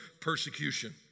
persecution